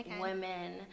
women